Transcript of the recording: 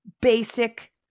basic